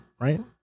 Right